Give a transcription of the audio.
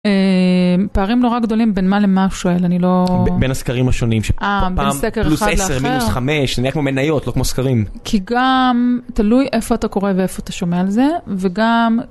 פערים נורא גדולים, בין מה למה שואל, אני לא... בין הסקרים השונים, שפתאום פעם פלוס עשר, מינוס חמש, זה נראה כמו מניות, לא כמו סקרים. כי גם תלוי איפה אתה קורא ואיפה אתה שומע על זה, וגם...